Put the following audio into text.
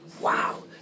Wow